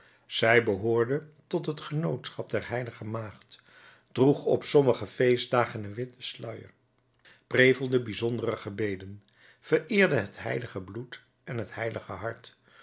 zij behoorde tot het genootschap der h maagd droeg op sommige feestdagen een witten sluier prevelde bijzondere gebeden vereerde het heilige bloed en het heilige hart